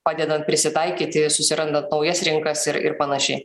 padedant prisitaikyti susirandant naujas rinkas ir ir panašiai